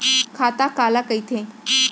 खाता काला कहिथे?